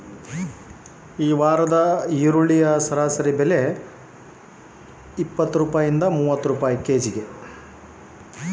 ಈ ವಾರದ ಈರುಳ್ಳಿ ಸರಾಸರಿ ಬೆಲೆ ಎಷ್ಟು?